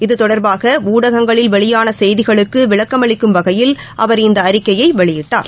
இது தொடர்பாகஊடகங்களில் வெளியானசெய்திகளுக்குவிளக்கம் அளிக்கும் வகையில் அவர் இந்தஅறிக்கையைவெளியிட்டார்